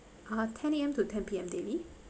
uh ten A_M to ten P_M daily